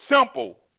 simple